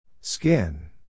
Skin